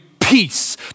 peace